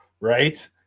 right